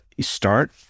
start